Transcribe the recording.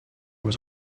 was